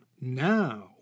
Now